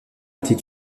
était